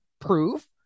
proof